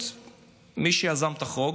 מי שיזם את החוק,